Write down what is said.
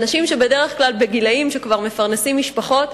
אנשים שבדרך כלל בגילים שכבר מפרנסים משפחות,